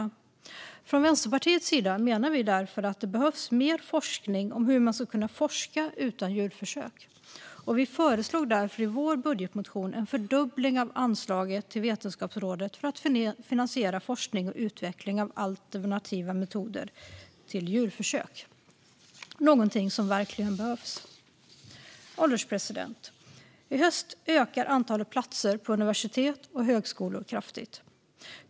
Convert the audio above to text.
Från Vänsterpartiets sida menar vi därför att det behövs mer forskning om hur man ska kunna forska utan djurförsök. Vi föreslog därför i vår budgetmotion en fördubbling av anslaget till Vetenskapsrådet för att finansiera forskning och utveckling av alternativa metoder till djurförsök, något som verkligen behövs. Herr ålderspresident! I höst ökade antalet platser på universitet och högskolor kraftigt.